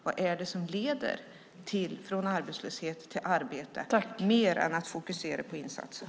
Vad är det som leder från arbetslöshet till arbete? Det handlar mer om det än om att fokusera på insatser.